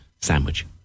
sandwich